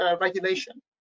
regulation